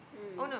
mm